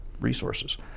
resources